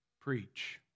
preach